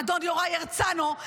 אדון יוראי הרצנו,